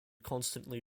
constantly